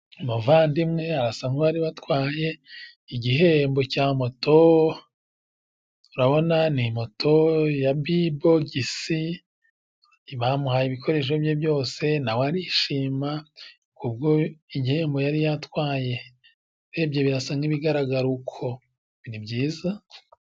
Umuvandimwe arasa nk'uwari watwaye igihembo cya moto, urabona ni moto ya bibogisi, bamuhaye ibikoresho bye byose nawe arishima k'ubwo igihembo yari yatwaye, urebye birasa nk'ibigaragara uko, ni byiza.